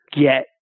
get